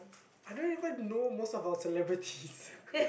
I don't even know most of our celebrities